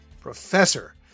professor